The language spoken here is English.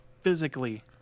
physically